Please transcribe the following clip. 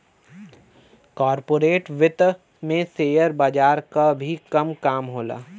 corporate वित्त में share बजार क भी काम होला